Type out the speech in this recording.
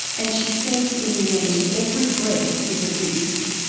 and she says in the end, every breath is a risk.